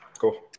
Cool